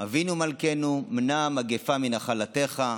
"אבינו מלכנו, מנע מגפה מנחלתך".